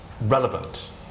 relevant